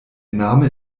name